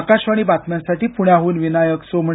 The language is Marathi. आकाशवाणी बातम्यांसाठी प्रण्याह्न विनायक सोमणी